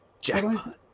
Jackpot